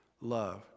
Love